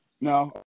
No